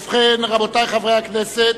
ובכן, רבותי חברי הכנסת,